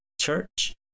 church